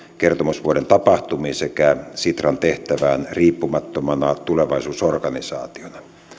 kertomusvuoden tapahtumiin sekä sitran tehtävään riippumattomana tulevaisuusorganisaationa